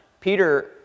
Peter